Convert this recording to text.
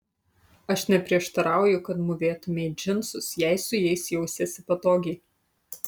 aš neprieštarauju kad mūvėtumei džinsus jei su jais jausiesi patogiai